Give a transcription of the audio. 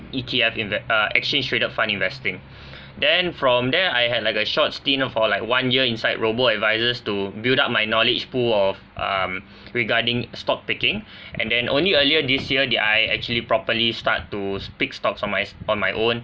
E_T_F inve~ uh exchange traded fund investing then from there I had like a short stint for like one year inside robo advisors to build up my knowledge pool of um regarding stock picking and then only earlier this year did I actually properly start to s~ pick stocks on my on my own